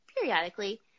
periodically